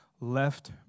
left